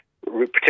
Particularly